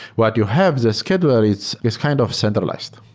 what you have the scheduler, it's it's kind of centralized.